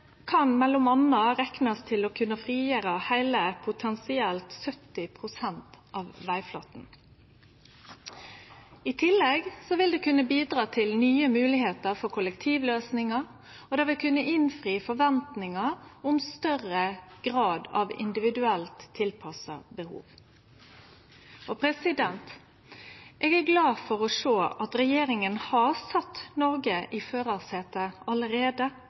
til å kunne frigjere potensielt heile 70 pst. av vegflata. I tillegg vil det kunne bidra til nye moglegheiter for kollektivløysingar, og det vil kunne innfri forventingar om større grad av individuelt tilpassa behov. Eg er glad for å sjå at regjeringa allereie har sett Noreg i førarsetet